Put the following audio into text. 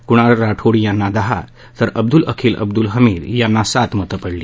कुणाल राठोड यांना दहा तर अब्दूल अखिल अब्दूल हमीद यांना सात मते पडली